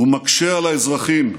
הוא מקשה על האזרחים,